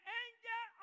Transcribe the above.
angel